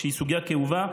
שהיא סוגיה כאובה,